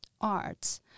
arts